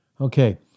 Okay